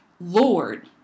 Lord